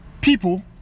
people